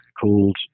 called